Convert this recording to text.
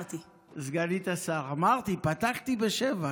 סגנית השר, אמרתי, פתחתי בשבח.